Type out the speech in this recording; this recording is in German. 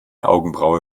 augenbraue